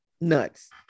Nuts